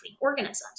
organisms